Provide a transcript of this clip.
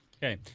Okay